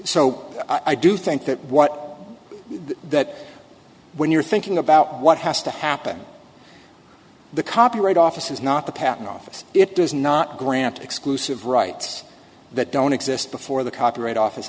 o i do think that what that when you're thinking about what has to happen the copyright office is not the patent office it does not grant exclusive rights that don't exist before the copyright office